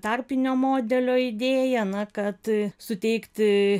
tarpinio modelio idėja na kad suteikti